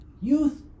Youth